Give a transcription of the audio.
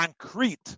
Concrete